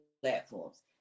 platforms